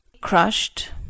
Crushed